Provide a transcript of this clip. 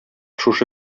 шушы